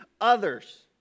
others